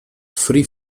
free